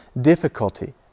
difficulty